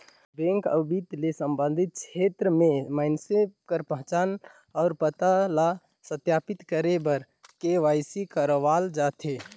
bank अउ बित्त ले संबंधित छेत्र में मइनसे कर पहिचान अउ पता ल सत्यापित करे बर के.वाई.सी करवाल जाथे